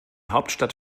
hauptstadt